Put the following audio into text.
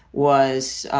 was,